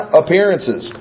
appearances